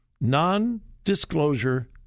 Non-disclosure